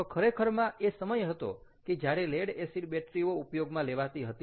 તો ખરેખરમાં એ સમય હતો કે જ્યારે લેડ એસિડ બેટરી ઓ ઉપયોગમાં લેવાતી હતી